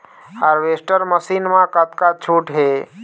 Harvester machine मा कतका छूट हे?